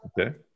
Okay